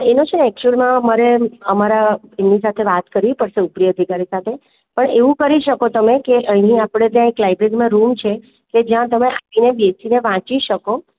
એનું છેને એકચુલીમાં મારે અમારા એમની સાથે વાત કરવી પળશે ઉપરી અધિકારી સાથે પણ એવું કરી શકો તમે કે અહી આપણે ત્યાં એક લાઇબ્રેરીમાં રૂમ છે કે જ્યાં તમે આવીને બેસીને વાંચી શકો